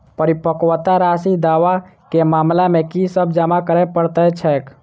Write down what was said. परिपक्वता राशि दावा केँ मामला मे की सब जमा करै पड़तै छैक?